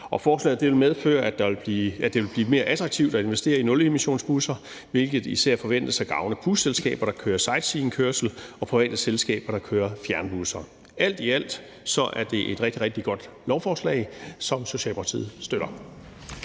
Forslaget vil medføre, at det vil blive mere attraktivt at investere i nulemissionsbusser, hvilket især forventes at gavne busselskaber, der kører sightseeingkørsel, og private selskaber, der kører fjernbusser. Alt i alt er det et rigtig godt lovforslag, som Socialdemokratiet støtter.